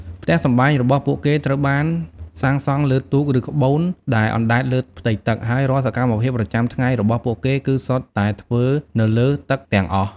ផ្ទះសម្បែងរបស់ពួកគេត្រូវបានសាងសង់លើទូក ឬក្បូនដែលអណ្ដែតលើផ្ទៃទឹក ហើយរាល់សកម្មភាពប្រចាំថ្ងៃរបស់ពួកគេគឺសុទ្ធតែធ្វើនៅលើទឹកទាំងអស់។